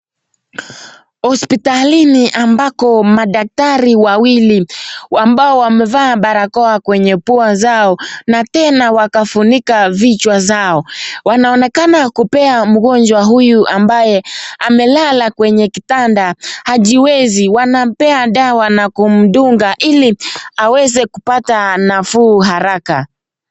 Hospitalini ambako madaktari wawili ambao wamevaa barakoa kwenye pua zao na tena wakafunika vichwa zao, wanaonekana kupea mgonjwa huyu ambaye amelala kwenye kitanda hajiwezi. Wanampatia dawa na kumdunga ili aweze kupata nafuu haraka.